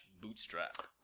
Bootstrap